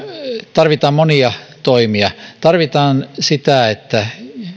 tarvitaan monia toimia tarvitaan sitä että